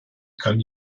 kann